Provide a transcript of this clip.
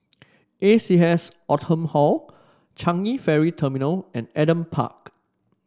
A C S Oldham Hall Changi Ferry Terminal and Adam Park